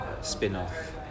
spin-off